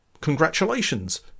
congratulations